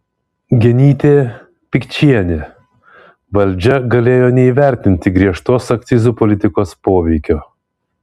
genytė pikčienė valdžia galėjo neįvertinti griežtos akcizų politikos poveikio